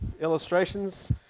illustrations